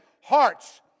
hearts